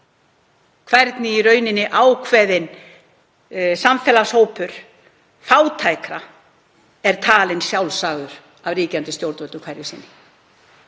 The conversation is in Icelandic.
hvernig ákveðinn samfélagshópur fátækra er talinn sjálfsagður af ríkjandi stjórnvöldum hverju sinni.